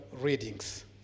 readings